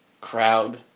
crowd